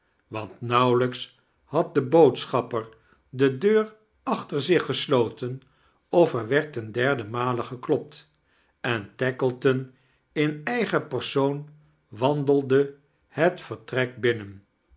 want nauwelijks had de boodschapper die deuir aohter zich gesloten of er weid ten derden male geklopt en taokleiton in eigen persoon wandelde het vertrek binnen